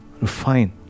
refine